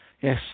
Yes